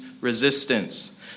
resistance